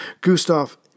Gustav